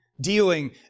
dealing